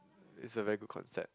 is a very good concept